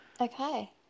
okay